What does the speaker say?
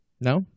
No